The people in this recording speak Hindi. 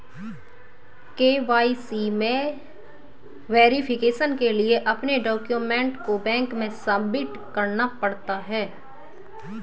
के.वाई.सी में वैरीफिकेशन के लिए अपने डाक्यूमेंट को बैंक में सबमिट करना पड़ता है